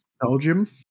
Belgium